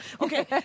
Okay